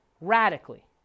radically